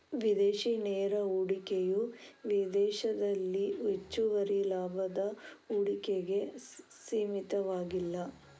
ವಿದೇಶಿ ನೇರ ಹೂಡಿಕೆಯು ವಿದೇಶದಲ್ಲಿ ಹೆಚ್ಚುವರಿ ಲಾಭದ ಹೂಡಿಕೆಗೆ ಸೀಮಿತವಾಗಿಲ್ಲ